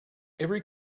every